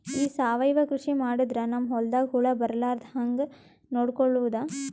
ಈ ಸಾವಯವ ಕೃಷಿ ಮಾಡದ್ರ ನಮ್ ಹೊಲ್ದಾಗ ಹುಳ ಬರಲಾರದ ಹಂಗ್ ನೋಡಿಕೊಳ್ಳುವುದ?